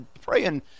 praying